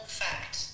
fact